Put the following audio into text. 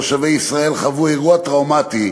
תושבי ישראל חוו אירוע טראומטי,